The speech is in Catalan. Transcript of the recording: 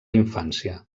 infància